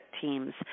teams